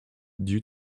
due